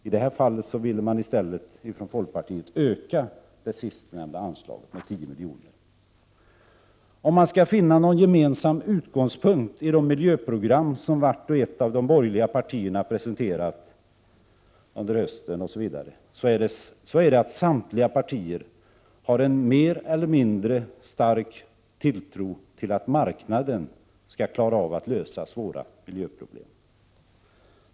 I detta fall ville folkpartiet i stället öka det sistnämnda anslaget med 10 milj.kr. Om man söker någon gemensam utgångspunkt i de miljöprogram som vart och ett av de borgerliga partierna presenterat under hösten och vid andra tillfällen, finner man att samtliga partier har en mer eller mindre stark tilltro till att marknaden skall klara av att lösa svåra miljöproblem.